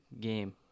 game